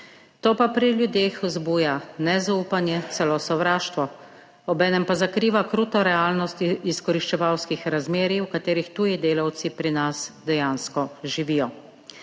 to pa pri ljudeh vzbuja nezaupanje, celo sovraštvo, obenem pa zakriva kruto realnost izkoriščevalskih razmerij, v katerih tuji delavci pri nas dejansko živijo.